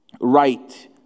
right